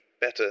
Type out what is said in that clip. better